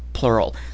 plural